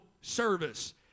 service